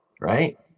right